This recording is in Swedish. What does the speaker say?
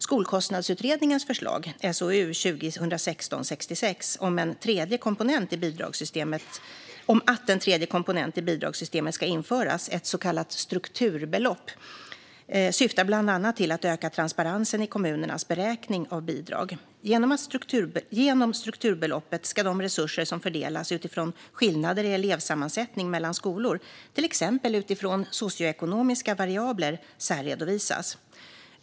Skolkostnadsutredningens förslag om att en tredje komponent i bidragssystemet ska införas, ett så kallat strukturbelopp, syftar bland annat till att öka transparensen i kommunernas beräkning av bidrag. Genom strukturbeloppet ska de resurser som fördelas utifrån skillnader i elevsammansättning mellan skolor, till exempel utifrån socioekonomiska variabler, särredovisas.